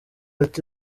ati